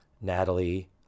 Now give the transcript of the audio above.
Natalie